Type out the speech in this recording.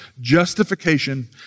justification